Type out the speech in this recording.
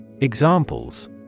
examples